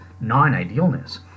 non-idealness